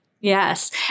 Yes